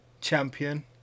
champion